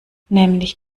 nämlich